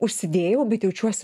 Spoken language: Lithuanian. užsidėjau bet jaučiuosi